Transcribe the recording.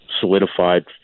solidified